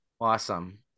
Awesome